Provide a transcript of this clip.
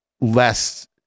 less